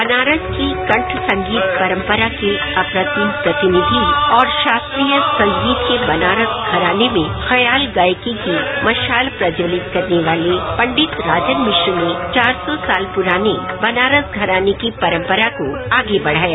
बनारस की कंठ संगीत परंपरा के अप्रतिम प्रतिनिधि और शास्त्रीय संगीत के बनारस घराने में खयाल गायिकी की मशाल प्रज्जवलित करने वाले पंडित राजन मिश्र ने वार सौ साल पुराने बनास घराने की परंपरा को आगे बढ़ाया